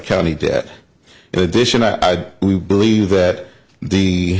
county debt in addition i we believe that the